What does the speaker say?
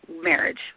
marriage